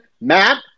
Matt